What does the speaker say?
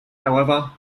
however